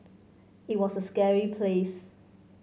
it was a scary place